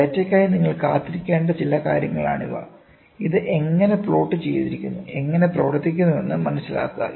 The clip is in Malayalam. ഡാറ്റയ്ക്കായി നിങ്ങൾ കാത്തിരിക്കേണ്ട ചില കാര്യങ്ങളാണിവ ഇത് എങ്ങനെ പ്ലോട്ട് ചെയ്തിരിക്കുന്നു എങ്ങനെ പ്രവർത്തിക്കുന്നുവെന്ന് മനസിലാക്കുക